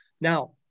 Now